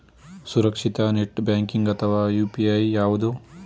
ಸುರಕ್ಷಿತ net banking ಅಥವಾ UPI ಯಾವುದು?